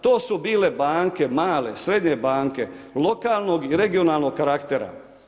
To su bile banke male, srednje banke lokalnog i regionalnog karaktera.